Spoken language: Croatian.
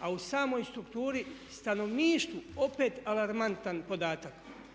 a u samoj strukturi stanovništvu opet alarmantan podatak